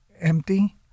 empty